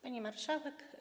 Pani Marszałek!